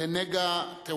אין מזרזין אלא למזורזין.